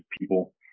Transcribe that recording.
people